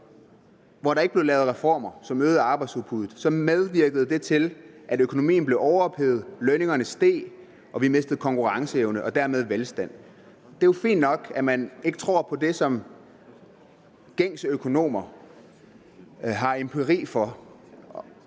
hvor der ikke blev lavet reformer, som øgede arbejdsudbuddet, da medvirkede det til, at økonomien blev overophedet, lønningerne steg, og vi mistede konkurrenceevne og dermed velstand. Det er jo fint nok, at man ikke tror på det, som gængse økonomer har empirisk